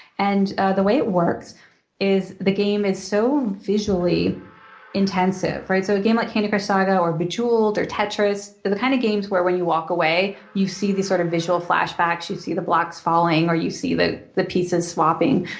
and the way it works is the game is so visually intensive. so a game like candy crush saga or bejeweled or tetris the the kind of games where when you walk away, you see these sort of visual flashbacks. you see the blocks falling or you see the the pieces swapping.